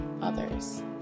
others